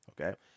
okay